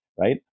right